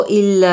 il